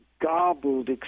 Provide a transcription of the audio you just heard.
garbled